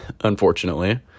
unfortunately